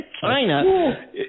China